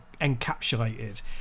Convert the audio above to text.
encapsulated